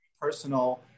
personal